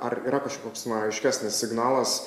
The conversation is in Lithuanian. ar yra kažkoks na aiškesnis signalas